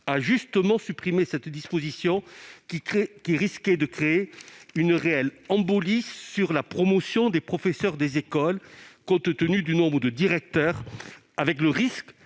a justement supprimé cette disposition, qui risquait de créer une réelle embolie dans la promotion des professeurs des écoles, compte tenu du nombre de directeurs, le risque